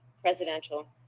presidential